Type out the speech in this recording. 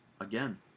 again